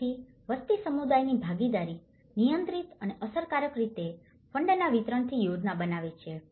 તેથી વસ્તી સમુદાયની ભાગીદારી નિયંત્રિત અને અસરકારક રીતે ફંડના વિતરણની યોજના બનાવે છે